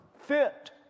fit